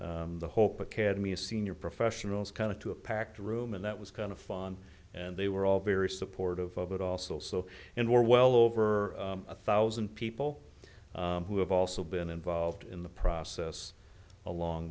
to the hope academy of senior professionals kind of to a packed room and that was kind of fun and they were all very supportive of it also so and we're well over a thousand people who have also been involved in the process along